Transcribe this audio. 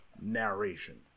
narration